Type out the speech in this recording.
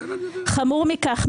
חמור מכך,